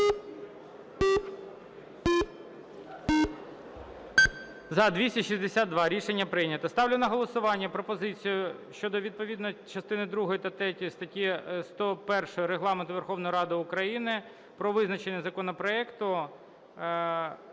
За-262 Рішення прийнято. Ставлю на голосування пропозицію щодо, відповідно частини другої та третьої статті 101 Регламенту Верховної Ради України про визначення законопроекту